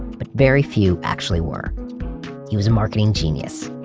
but very few actually were he was a marketing genius.